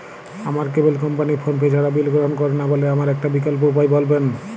আমার cable company PhonePe ছাড়া bill গ্রহণ করে না বলে আমার একটা বিকল্প উপায় বলবেন?